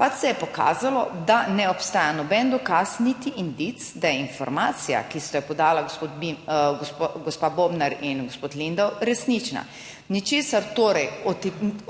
Pač se je pokazalo, da ne obstaja noben dokaz niti indic, da je informacija, ki sta jo podala gospa Bobnar in gospod Lindav, resnična. Ničesar torej